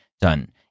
done